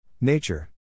Nature